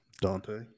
Dante